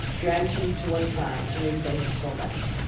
dragged him to one side and replaced sol-leks.